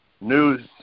news